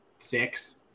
six